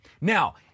Now